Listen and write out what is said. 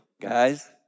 guys